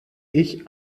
ich